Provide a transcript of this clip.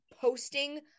posting